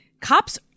cops